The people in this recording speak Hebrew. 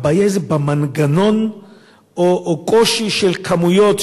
הבעיה זה במנגנון או קושי של כמויות,